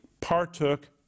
partook